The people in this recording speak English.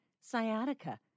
sciatica